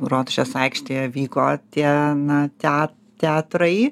rotušės aikštėje vyko tie na tea teatrai